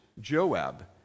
Joab